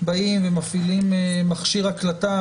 כשמפעילים מכשיר הקלטה,